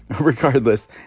Regardless